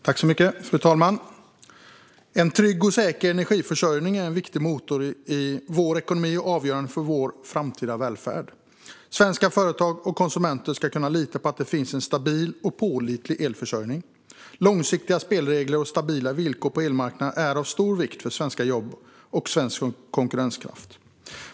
Fru talman! En trygg och säker energiförsörjning är en viktig motor i vår ekonomi och avgörande för vår framtida välfärd. Svenska företag och konsumenter ska kunna lita på att det finns en stabil och pålitlig elförsörjning. Långsiktiga spelregler och stabila villkor på elmarknaden är av stor vikt för svenska jobb och svensk konkurrenskraft.